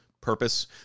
purpose